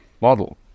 model